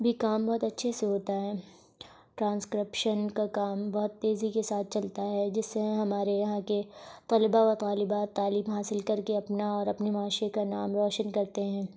بھی کام بہت اچھے سے ہوتا ہے ٹرانسکرپشن کا کام بہت تیزی کے ساتھ چلتا ہے جس سے ہمارے یہاں کے طلباء و طالبات تعلیم حاصل کر کے اپنا اور اپنے معاشرے کا نام روشن کرتے ہیں